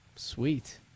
Sweet